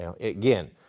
Again